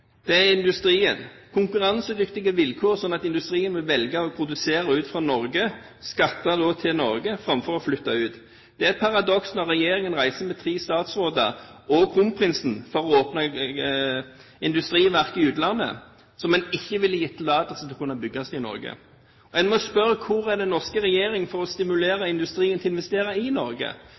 er det industrien. Vi må ha konkurransedyktige vilkår, slik at industrien vil velge å produsere i Norge og skatte til Norge framfor å flytte ut. Det er et paradoks at regjeringen reiser med tre statsråder og kronprinsen for å åpne industriverk i utlandet, som en ikke ville gitt tillatelse til å bygge i Norge. En må spørre: Hva gjør den norske regjering for å stimulere industrien til å investere i Norge?